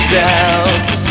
doubts